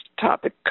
topic